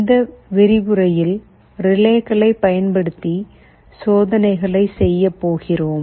இந்த விரிவுரையில் ரிலேக்களைப் பயன்படுத்தி சோதனைகளை செய்யப்போகிறோம்